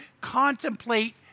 contemplate